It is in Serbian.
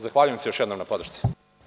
Zahvaljujem se još jednom na podršci.